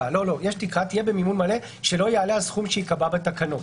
תהיה במימון מלא, שלא יעלה על סכום שייקבע בתקנות.